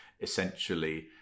essentially